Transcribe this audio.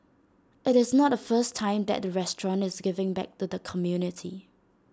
IT is not the first time that the restaurant is giving back to the community